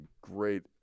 great